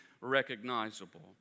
recognizable